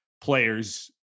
players